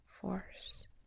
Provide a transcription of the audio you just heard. force